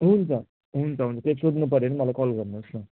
हुन्छ हुन्छ हुन्छ केही सोध्नुपर्यो भने मलाई कल गर्नुहोस् न